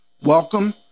Welcome